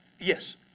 Yes